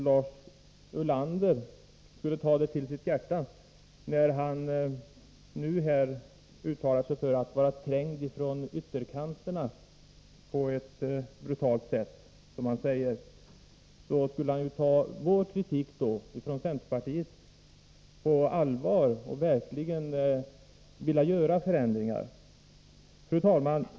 Lars Ulander talar här om att vara trängd från ytterkanterna på ett brutalt sätt. Jag tycker att han då borde ta kritiken från oss i centerpartiet på allvar och försöka medverka till förändringar. Fru talman!